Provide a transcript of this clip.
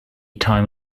time